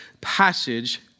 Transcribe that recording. passage